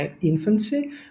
infancy